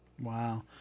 Wow